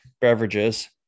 beverages